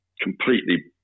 completely